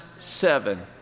seven